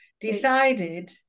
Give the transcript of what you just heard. decided